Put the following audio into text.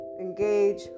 engage